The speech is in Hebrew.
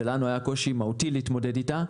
ולנו היה קושי מהותי להתמודד איתה,